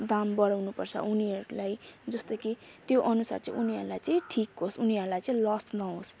दाम बढाउनुपर्छ उनीहरूलाई जस्तो कि त्यो अनुसार चाहिँ उनीहरूलाई चाहिँ ठिक होस् उनीहरूलाई चाहिँ लस नहोस्